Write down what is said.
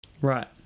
Right